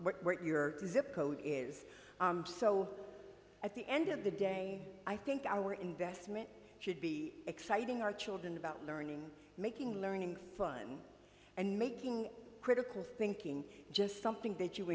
what your does it is so at the end of the day i think our investment should be exciting our children about learning making learning fun and making critical thinking just something that you